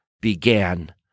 began